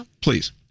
please